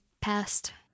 past